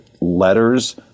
letters